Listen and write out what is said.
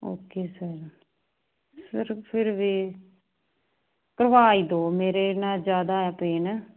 okay sir sir ਫਿਰ ਵੀ ਭਰਵਾ ਹੀ ਦਿਓ ਮੇਰੇ ਨਾ ਜ਼ਿਆਦਾ ਪੇਨ